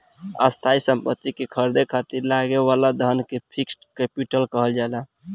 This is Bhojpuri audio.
स्थायी सम्पति के ख़रीदे खातिर लागे वाला धन के फिक्स्ड कैपिटल कहल जाला